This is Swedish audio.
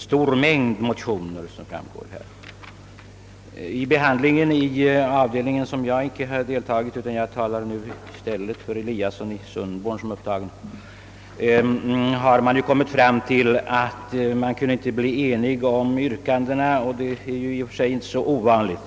Vid behandlingen i avdelningen uppnåddes ingen enighet om yrkandena, och det är ju i och för sig inte så ovanligt.